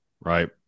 right